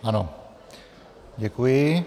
Ano, děkuji.